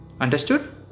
Understood